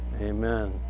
Amen